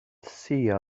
see